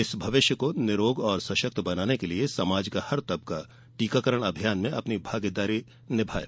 इस भविष्य को निरोग और सशक्त बनाने के लिये समाज का हर तबका टीकाकरण अभियान में अपनी भागीदारी निभाये